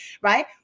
Right